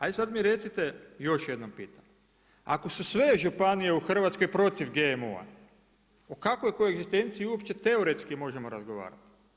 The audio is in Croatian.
Aj sad mi recite, još jedno pitanje, ako se sve županije u Hrvatskoj protiv GMO-a u kakvoj koegzistenciji uopće teoretski možemo razgovarati?